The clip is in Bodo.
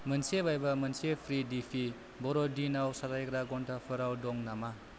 मोनसे बायबा मोनसे फ्रि दिपि बर'दिनाव साजायग्रा घन्टाफोरआव दं नामा